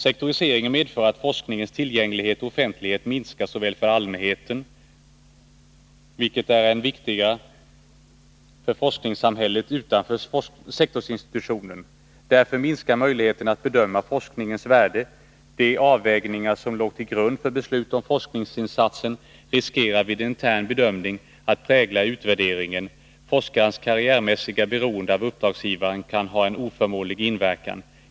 Sektoriseringen medför att forskningens tillgänglighet och offentlighet minskar såväl för allmänheten som för — vilket är än viktigare — forskarsamhället utanför sektorsinstitutionen. Därmed minskar möjligheten att bedöma forskningens värde. De avvägningar som låg till grund för beslutet om forskningsinsatsen riskerar vid en intern bedömning att prägla utvärderingen. Forskarens karriärmässiga beroende av uppdragsgivaren kan ha en oförmånlig inverkan.